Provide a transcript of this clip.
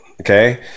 Okay